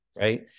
right